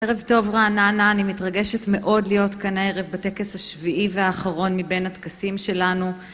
ערב טוב רעננה, אני מתרגשת מאוד להיות כאן הערב בטקס השביעי והאחרון מבין הטקסים שלנו